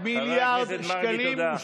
חבר הכנסת מרגי, תודה.